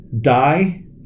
die